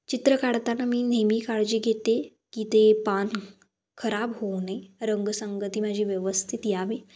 चित्र काढताना मी नेहमी काळजी घेते की ते पान खराब होऊ नाही रंगसंगती माझी व्यवस्थित यावी